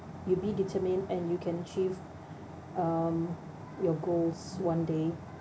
you be determined and you can achieve um your goals one day